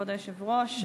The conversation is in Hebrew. כבוד היושב-ראש,